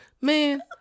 man